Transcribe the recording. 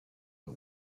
but